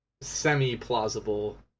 semi-plausible